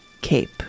cape